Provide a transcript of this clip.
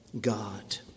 God